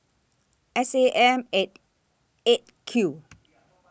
S A M At eight Q